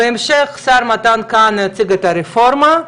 בהמשך השר מתן כהנא יציג את הרפורמה,